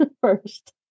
first